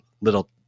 little